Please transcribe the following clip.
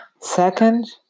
Second